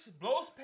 blows